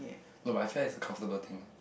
no but I feel like it's a comfortable thing